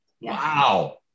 Wow